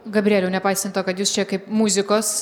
gabrieliau nepaisant to kad jūs čia kaip muzikos